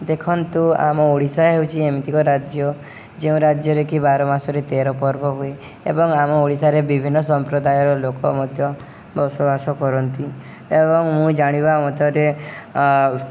ଦେଖନ୍ତୁ ଆମ ଓଡ଼ିଶା ହେଉଛି ଏମିତି ଏକ ରାଜ୍ୟ ଯେଉଁ ରାଜ୍ୟରେ କି ବାର ମାସରେ ତେର ପର୍ବ ହୁଏ ଏବଂ ଆମ ଓଡ଼ିଶାରେ ବିଭିନ୍ନ ସମ୍ପ୍ରଦାୟର ଲୋକ ମଧ୍ୟ ବସବାସ କରନ୍ତି ଏବଂ ମୁଁ ଜାଣିବା ମଧ୍ୟରେ